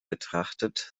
betrachtet